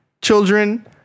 children